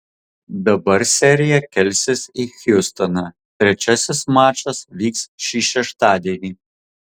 dabar serija kelsis į hjustoną trečiasis mačas vyks šį šeštadienį